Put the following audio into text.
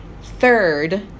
third